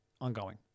ongoing